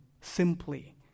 simply